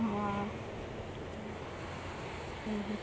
हा हूं हूं